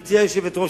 גברתי היושבת-ראש,